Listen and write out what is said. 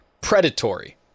predatory